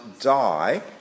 die